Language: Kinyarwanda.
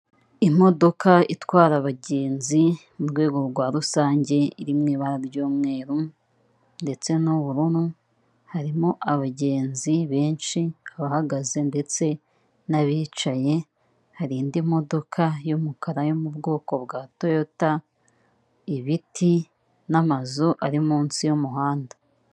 Imodoka itwara abagenzi mu rwego rwa rusange iri mu ibara ry'umweru ndetse n'ubururu, harimo abagenzi benshi bahagaze ndetse n'abicaye, hari indi modoka y'umukara yo mu bwoko bwa toyota ibiti n'amazu ari munsi y'umuhanda.